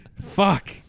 Fuck